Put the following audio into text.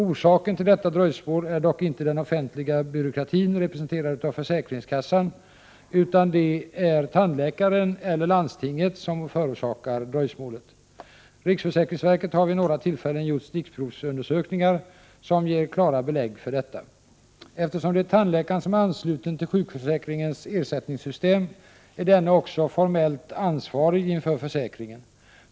Orsaken till detta dröjsmål är dock inte den offentliga byråkratin representerad av försäkringskassan, utan det är tandläkaren eller landstinget som förorsakar dröjsmålet. Riksförsäkringsverket har vid några tillfällen gjort stickprovsundersökningar som ger klara belägg för detta. Eftersom det är tandläkaren som är ansluten till sjukförsäkringens ersättningssystem är denne också formellt ansvarig inför försäkringen.